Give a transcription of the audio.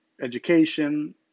education